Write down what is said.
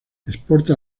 exporta